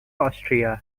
austria